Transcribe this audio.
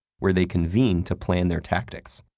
where they convene to plan their tactics.